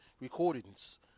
Recordings